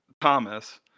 Thomas